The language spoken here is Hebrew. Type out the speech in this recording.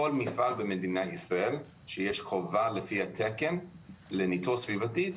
כל מפעל במדינת ישראל בו יש חובה לפי התקן לניטור סביבתי,